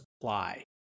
supply